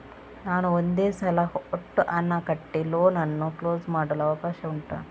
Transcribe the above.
ನಾನು ಒಂದೇ ಸಲ ಒಟ್ಟು ಹಣ ಕಟ್ಟಿ ಲೋನ್ ಅನ್ನು ಕ್ಲೋಸ್ ಮಾಡಲು ಅವಕಾಶ ಉಂಟಾ